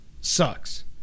sucks